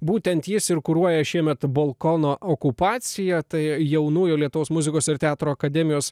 būtent jis ir kuruoja šiemet balkono okupaciją tai jaunųjų lietuvos muzikos ir teatro akademijos